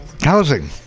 housing